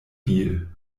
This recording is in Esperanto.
bil